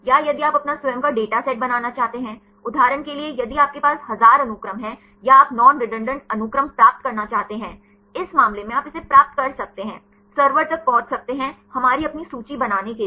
या यदि आप अपना स्वयं का डेटा सेट बनाना चाहते हैं उदाहरण के लिए यदि आपके पास 1000 अनुक्रम हैं या आप नॉन रेडंडान्त अनुक्रम प्राप्त करना चाहते हैं इस मामले में आप इसे प्राप्त कर सकते हैं सर्वर तक पहुंच सकते हैं हमारी अपनी सूची बनाने के लिए